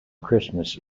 christmas